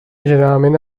generalment